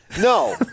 No